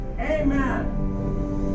Amen